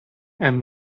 and